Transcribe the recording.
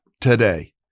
today